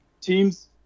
teams